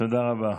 תודה רבה.